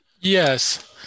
Yes